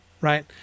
right